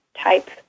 type